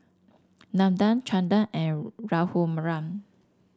Nathan Chanda and Raghuram